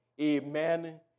amen